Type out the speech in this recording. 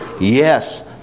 Yes